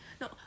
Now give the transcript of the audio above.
no